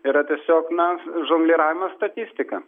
yra tiesiog na žongliravimas statistika